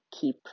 keep